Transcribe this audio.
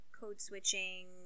code-switching